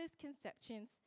conceptions